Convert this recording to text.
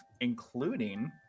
including